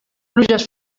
pluges